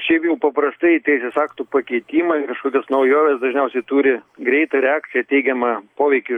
šiaip jau paprastai teisės aktų pakeitimai kažkokios naujovės dažniausiai turi greitą reakciją teigiamą poveikį